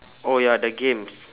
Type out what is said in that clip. orh ya the games